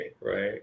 right